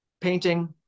painting